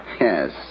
Yes